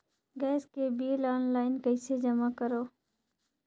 Gas के bill online कइसे जमा करव?